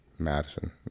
Madison